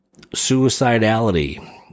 suicidality